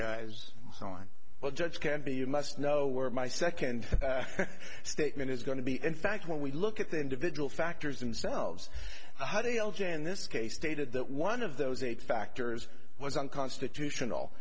guy's own well judge can be you must know where my second statement is going to be in fact when we look at the individual factors themselves huddy l j in this case stated that one of those eight factors was unconstitutional